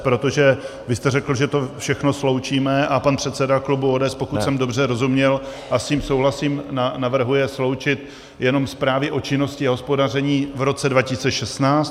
Protože vy jste řekl, že to všechno sloučíme, a pan předseda klubu ODS, pokud jsem dobře rozuměl, a s tím souhlasím, navrhuje sloučit jenom zprávy o činnosti a hospodaření v roce 2016.